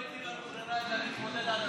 היא לא התירה לנו ברירה אלא להתמודד,